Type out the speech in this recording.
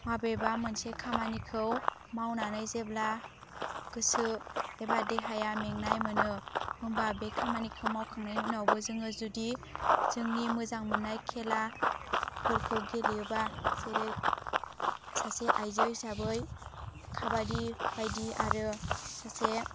माबेबा मोनसे खामानिखौ मावनानै जेब्ला गोसो एबा देहाया मेंनाय मोनो होमबा बे खामानिखौ मावखांनायनि उनावबो जोङो जुदि जोंनि मोजां मोननाय खेला फोरखौ गेलेयोबा जेरै सासे आयजो हिसाबै खाबादि बायदि आरो सासे